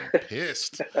pissed